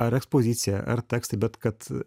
ar ekspozicija ar tekstai bet kad